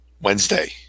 Wednesday